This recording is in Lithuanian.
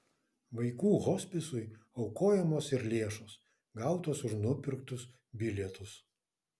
vaikų hospisui aukojamos ir lėšos gautos už nupirktus bilietus